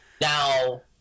Now